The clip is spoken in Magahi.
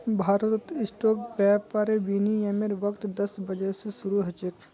भारतत स्टॉक व्यापारेर विनियमेर वक़्त दस बजे स शरू ह छेक